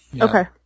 Okay